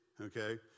okay